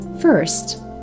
First